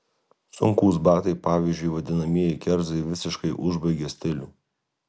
sunkūs batai pavyzdžiui vadinamieji kerzai visiškai užbaigia stilių